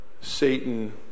Satan